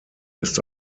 ist